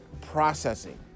processing